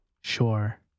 Sure